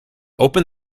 open